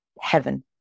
heaven